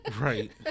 right